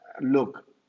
Look